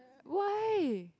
why